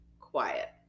quiet